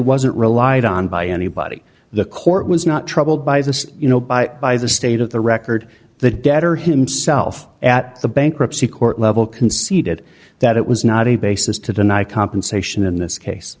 wasn't relied on by anybody the court was not troubled by this you know by by the state of the record the debtor himself at the bankruptcy court level conceded that it was not a basis to deny compensation in this case